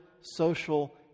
social